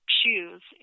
choose